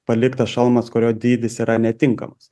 paliktas šalmas kurio dydis yra netinkamas